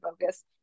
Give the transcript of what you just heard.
focus